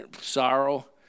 sorrow